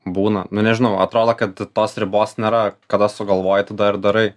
būna nu nežinau atrodo kad tos ribos nėra kada sugalvoji tada ir darai